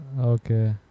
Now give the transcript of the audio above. Okay